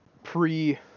pre